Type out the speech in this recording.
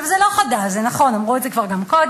זה לא חדש, זה נכון, אמרו את זה כבר גם קודם.